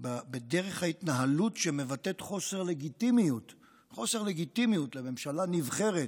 דרך התנהלות שמבטאת חוסר לגיטימציה לממשלה נבחרת,